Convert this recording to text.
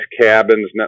cabins